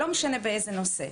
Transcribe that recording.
לא משנה באיזה נושא.